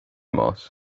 moss